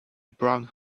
brown